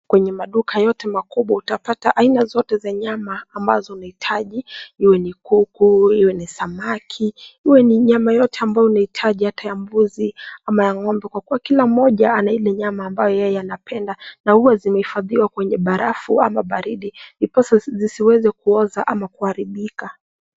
Kwenye maduka yote makubwa utapata aina zote za nyama ambazo unahitaji. Iwe ni kuku, iwe ni samaki, iwe ni nyama yoyote ambayo unahitaji hata ya mbuzi ama ya ng'ombe kwa kuwa kila mmoja ana ile nyama ambayo yeye anapenda na huwa zimehifadhiwa kwenye barafu ama baridi ndiposa zisiweze kuoza ama kuharibika.